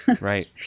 right